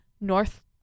North